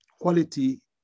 quality